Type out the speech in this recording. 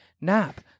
nap